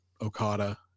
Okada